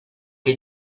que